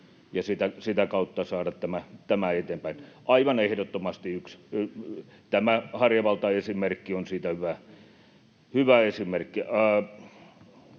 ja sitä kautta saada tämä eteenpäin. Aivan ehdottomasti tämä Harjavalta-esimerkki on siitä hyvä esimerkki.